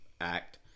act